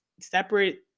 separate